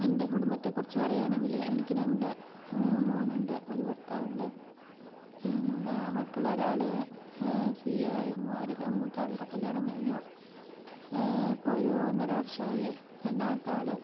എൻ്റെ കുടുംബത്തെ കുറിച്ച് പറയുവാണെങ്കിൽ എനിക്ക് രണ്ട് മോനുണ്ട് ഒരു ഭർത്താവുണ്ട് പിന്നെ മക്കളൊരാൾ സി എ കഴിഞ്ഞു അവർ മൂത്ത ആളുടെ കല്യാണം കഴിഞ്ഞു ഇപ്പോൾ ഒരു ഒന്നര വർഷമായി രണ്ടാമത്തെ ആൾ